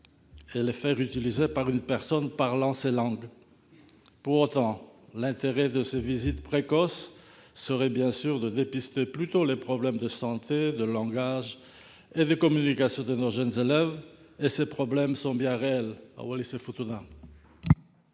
réaliser le bilan par une personne parlant ces langues. Pour autant, ces visites précoces permettraient bien sûr de dépister plus tôt les problèmes de santé, de langage et de communication de nos jeunes élèves, problèmes qui sont bien réels